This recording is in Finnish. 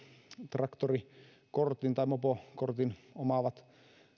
traktorikortin tai mopokortin omaavat